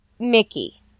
Mickey